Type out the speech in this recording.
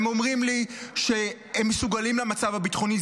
הם אומרים לי שהם מסוגלים למצב הביטחוני,